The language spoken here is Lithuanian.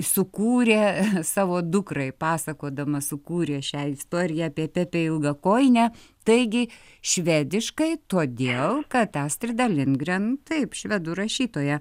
sukūrė savo dukrai pasakodama sukūrė šią istoriją apie pepę ilgakojinę taigi švediškai todėl kad astrida lindgren taip švedų rašytoja